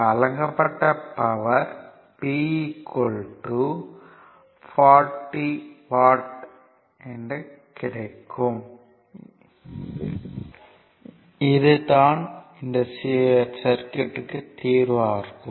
வழங்கப்பட்ட power P 40 watt ஆகும்